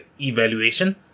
evaluation